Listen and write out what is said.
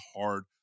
hard